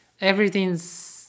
everything's